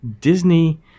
Disney